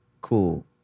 Cool